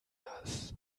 das